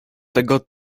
tego